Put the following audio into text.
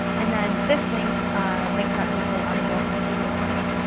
and then this link links out to a whole article from google on it.